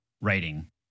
writing